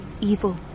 evil